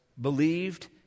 believed